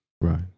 Right